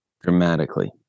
dramatically